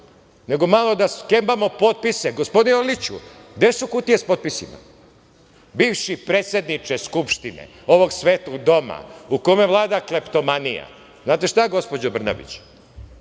Nego malo da skembamo potpise. Gospodine Orliću, gde su kutije sa potpisima? Bivši predsedniče Skupštine, ovog svetog doma, u kome vlada kleptomanija. Znate šta, gospođo Brnabić,